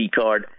card